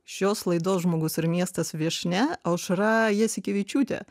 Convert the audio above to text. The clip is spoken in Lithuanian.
šios laidos žmogus ir miestas viešnia aušra jasikevičiūtė